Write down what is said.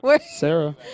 Sarah